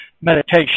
meditation